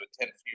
attend